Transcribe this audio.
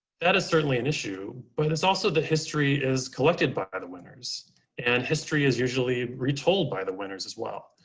that is certainly an issue, but it's also the history is collected by by the winners and history is usually retold by the winners as well.